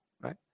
right